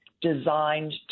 designed